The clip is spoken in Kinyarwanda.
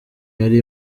yari